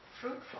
Fruitful